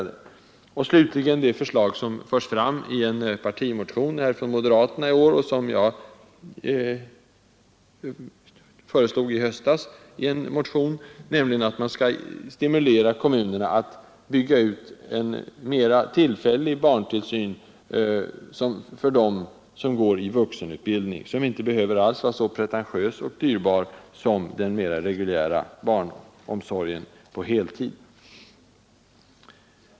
Slutligen vill jag nämna det förslag som återfinns i en partimotion från moderaterna i år och som jag förde fram i en motion i höstas, nämligen att man skall stimulera kommunerna att bygga ut en mer tillfällig barntillsyn för dem som går i vuxenutbildning; den behöver inte alls vara så pretentiös och dyrbar som den mer reguljära barnomsorgen på heltid.